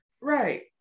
Right